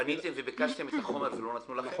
פניתם וביקשתם את החומר ולא נתנו לכם?